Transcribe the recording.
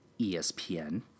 ESPN